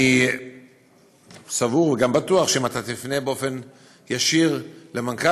אני סבור וגם בטוח שאם תפנה באופן ישיר למנכ"ל